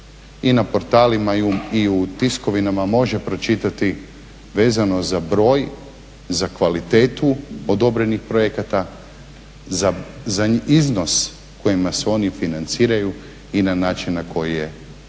i na portalima i u tiskovinama može pročitati vezano za broj, za kvalitetu odobrenih projekata, za iznos kojima se oni financiraju i na način na koji je to